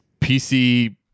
PC